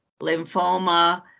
lymphoma